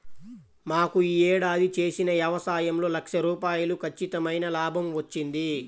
మాకు యీ ఏడాది చేసిన యవసాయంలో లక్ష రూపాయలు ఖచ్చితమైన లాభం వచ్చింది